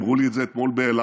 אמרו לי את זה אתמול באלעד,